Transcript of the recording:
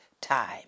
time